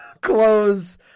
clothes